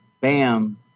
bam